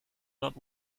not